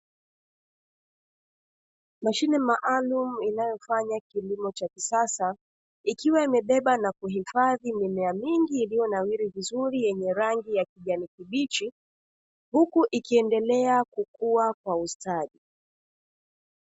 Mashine maalumu inayofanya kilimo cha kisasa, ikiwa imebeba na kuhifadhi mimea mingi iliyonawiri vizuri yenye rangi kijani kibichi, huku ikiendelea kukua kwa ustadi.